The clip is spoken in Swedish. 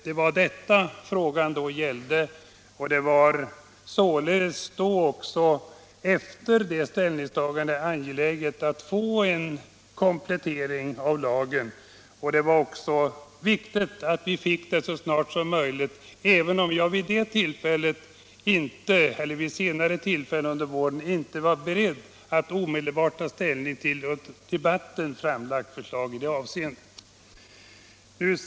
Det var detta frågan gällde, och det var således efter det ställningstagandet angeläget att få en komplettering av lagen. Det var också viktigt att denna komplettering skedde så snart som möjligt, även om jag vid senare tillfälle under våren inte var beredd att omedelbart ta ställning till ett under kammardebatten framlagt förslag i det avseendet.